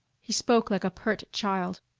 he spoke like a pert child.